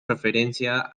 referencia